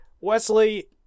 Wesley